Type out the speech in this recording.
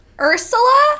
Ursula